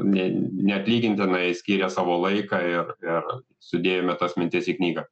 ne neatlygintinai skyrė savo laiką ir ir sudėjome tas mintis į knygą